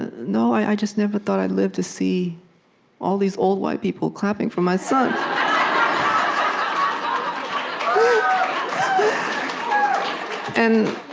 no, i just never thought i'd live to see all these old white people clapping for my son. um and